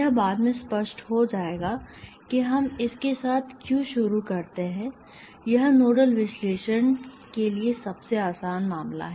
यह बाद में स्पष्ट हो जाएगा कि हम इसके साथ क्यों शुरू करते हैं यह नोडल विश्लेषण के लिए सबसे आसान मामला है